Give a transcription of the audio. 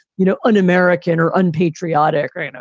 you know, un-american or unpatriotic or, you know,